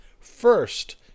first